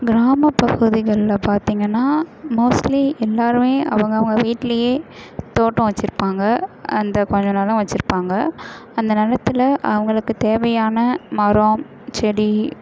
கிராம பகுதிகளில் பார்த்தீங்கன்னா மோஸ்ட்லி எல்லாேருமே அவங்கவங்க வீட்டிலேயே தோட்டம் வச்சுருப்பாங்க அந்த கொஞ்ச நிலம் வச்சுருப்பாங்க அந்த நிலத்தில் அவர்களுக்கு தேவையான மரம் செடி